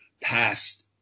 past